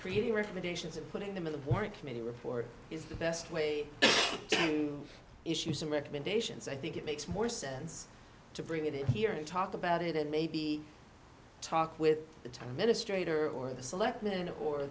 creating recommendations and putting them in the board committee report is the best way to issue some recommendations i think it makes more sense to bring it in here and talk about it and maybe talk with the time that a straight or or the selectmen or